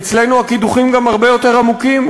אצלנו הקידוחים גם הרבה יותר עמוקים,